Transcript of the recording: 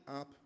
up